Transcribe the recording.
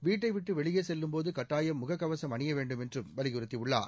வீட்டைவிட்டு வெளியே செல்லும்போது கட்டாயம் முகக்கவசம் அணிய வேண்டும் என்றும் வலியுறுத்தியுள்ளார்